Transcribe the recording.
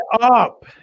up